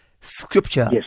scripture